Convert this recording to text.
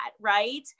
right